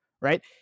right